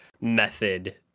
method